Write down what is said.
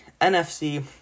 NFC